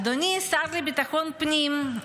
אדוני השר לביטחון פנים,